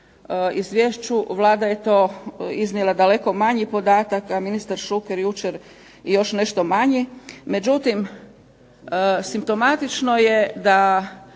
Izvješću Vlada je to iznijela daleko manji podatak, a ministar Šuker jučer još nešto manje. Međutim, simptomatično je da